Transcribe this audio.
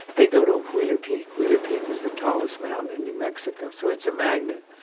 they go to wheeler peak. wheeler peak is the tallest mountain in new mexico, so it's a magnet,